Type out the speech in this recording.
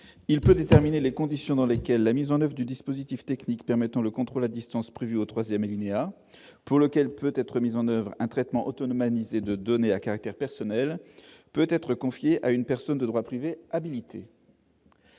il peut déterminer les conditions dans lesquelles la mise en 9 du dispositif technique permettant le contrôle à distance, prévu au 3ème alinéa pour lequel peut être mis en oeuvre un traitement autonome anisée de données à caractère personnel peut être confié à une personne de droit privé habilités.